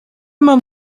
mam